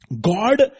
God